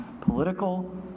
political